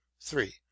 three